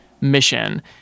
mission